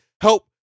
help